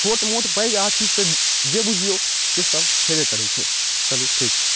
छोट मोट पैग अथी से जे बूझियौ से सब हेबे करै छै चलु ठीक छै